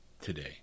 today